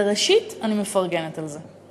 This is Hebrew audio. וראשית אני מפרגנת על זה.